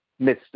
Mr